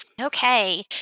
Okay